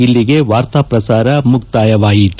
ಇಲ್ಲಿಗೆ ವಾರ್ತಾ ಪ್ರಸಾರ ಮುಕ್ತಾಯವಾಯಿತು